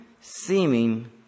seeming